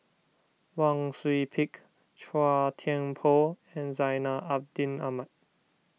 Wang Sui Pick Chua Thian Poh and Zainal Abidin Ahmad